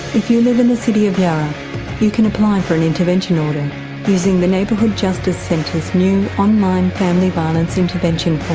if you live in the city of yarra you can apply for an intervention order using the neighbourhood justice centre's new online family violence intervention form.